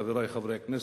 חברי חברי הכנסת,